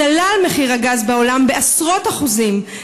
צלל מחיר הגז בעולם בעשרות אחוזים,